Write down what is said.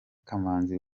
kamanzi